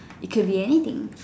it could be anything